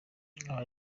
nkaba